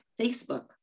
Facebook